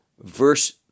verse